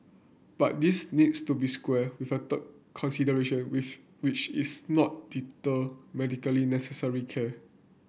but this needs to be square with a third consideration with which is not deter medically necessary care